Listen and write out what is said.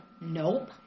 Nope